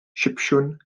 sipsiwn